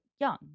young